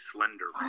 Slender